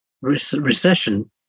recession